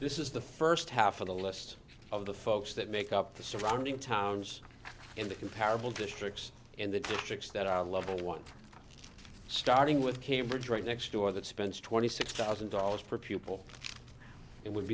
this is the first half of the list of the folks that make up the surrounding towns in the comparable districts and the districts that are level one starting with cambridge right next door that spends twenty six thousand dollars per pupil it would